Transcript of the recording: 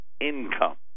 income